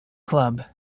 club